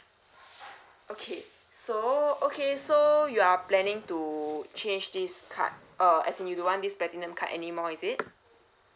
okay so okay so you are planning to change this card uh as in you don't want this platinum card anymore is it